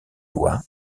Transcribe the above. loi